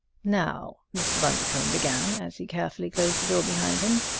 now, mr. bundercombe began, as he carefully closed the door behind him,